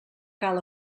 cal